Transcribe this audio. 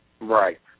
Right